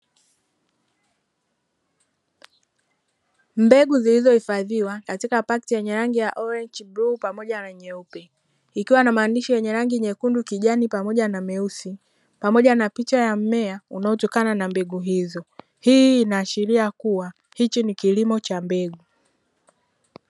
Mbegu zilizohifadhiwa katika pakiti yenye rangi ya "orange", bluu pamoja na nyeupe; ikiwa maandishi yenye rangi nyekundu, kijani pamoja na meusi, pamoja na picha ya mmea unaotokana na mbegu hizo. Hii inaashiria kuwa hichi ni kilimo cha mbegu.